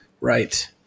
Right